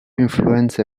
influenze